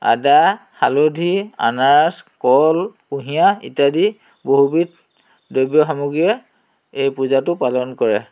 আদা হালধি আনৰস কল কুঁহিয়াৰ ইত্যাদি বহুবিধ দ্ৰব্য সামগ্ৰীৰে এই পূজাটো পালন কৰে